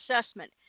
assessment